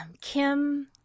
Kim